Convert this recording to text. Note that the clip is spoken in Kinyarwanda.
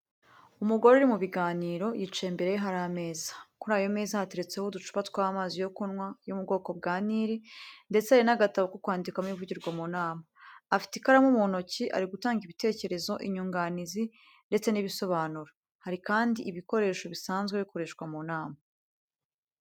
Umugore uri mu biganiro, yicaye imbere ye hari ameza. Kuri ayo meza hateretse ho uducupa tw’amazi yo kunywa yo mu bwoko bwa Nili, ndetse hari n’agatabo ko kwandikamo ibivugirwa mu nama. Afite ikaramu mu ntoki, ari gutanga ibitekerezo, inyunganizi ndetse n’ibisobanuro. Hari kandi ibikoresho bisanzwe bikoreshwa mu nama.